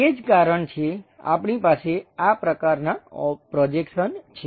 તે જ કારણ છે આપણી પાસે આ પ્રકારનાં પ્રોજેક્શન છે